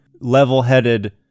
level-headed